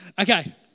Okay